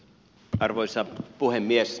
arvoisa puhemies